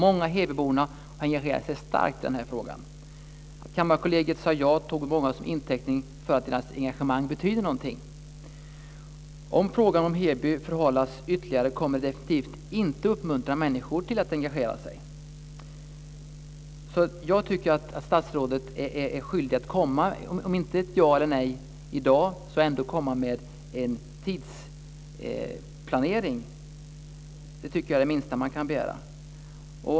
Många hebybor har engagerat sig starkt i den här frågan. Att Kammarkollegiet sade ja tog man till intäkt för att deras engagemang betyder någonting. Om frågan om Heby förhalas ytterligare kommer det definitivt inte att uppmuntra människor att engagera sig. Jag tycker att statsrådet är skyldig att ange - om det inte kommer ett ja eller ett nej - en tidsplanering. Det är det minsta man kan begära.